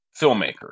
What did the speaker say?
filmmaker